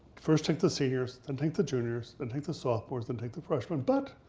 first take the seniors, then take the juniors, then take the sophmores, then take the freshmen. but,